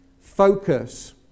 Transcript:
focus